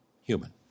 human